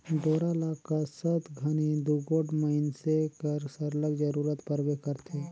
डोरा ल कसत घनी दूगोट मइनसे कर सरलग जरूरत परबे करथे